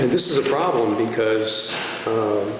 and this is a problem because